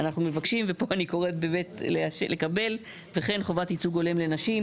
אנחנו מבקשים ופה אני קוראת לקבל "וכן חובת ייצוג הולם לנשים",